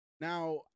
Now